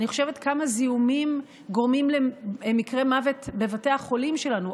אני חושבת כמה זיהומים גורמים למקרי מוות בבתי החולים שלנו,